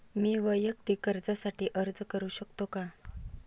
मी वैयक्तिक कर्जासाठी अर्ज करू शकतो का?